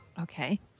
Okay